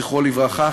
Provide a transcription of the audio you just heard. זכרו לברכה,